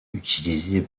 utilisés